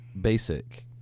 basic